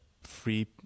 free